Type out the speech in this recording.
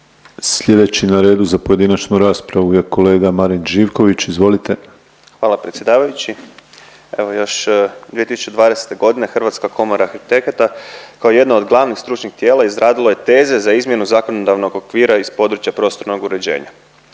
Slijedeći na redu za pojedinačnu raspravu je kolega Marin Živković. Izvolite. **Živković, Marin (Možemo!)** Hvala predsjedavajući. Evo još 2020. godine Hrvatska komora arhitekata kao jedna od glavnih stručnih tijela izradila je teze za izmjenu zakonodavnog okvira iz područja prostornog uređenja.